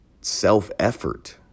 self-effort